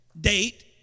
date